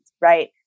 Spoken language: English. Right